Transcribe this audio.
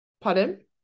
Pardon